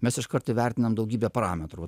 mes iškart įvertinam daugybę parametrų vat